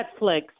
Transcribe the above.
Netflix